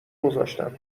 گذاشتم